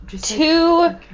two